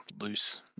loose